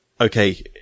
okay-